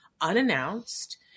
unannounced